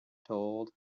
told